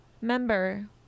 member